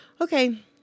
okay